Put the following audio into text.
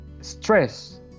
stress